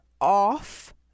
off